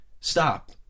stop